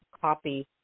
copy